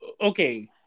okay